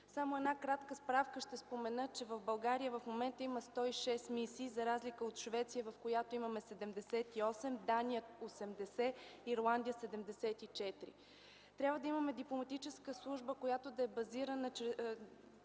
Само в една кратка справка ще спомена, че в България в момента има 106 мисии за разлика от Швеция, в която имаме 78, Дания – 80, Ирландия – 74. Трябва да имаме дипломатическа служба, която да е базирана